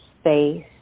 space